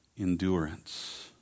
endurance